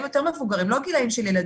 יותר מבוגרים ולא בגילאים של ילדים,